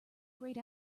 grayed